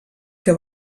que